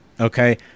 okay